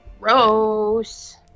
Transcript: Gross